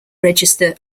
register